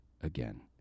again